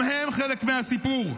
גם הם חלק מהסיפור.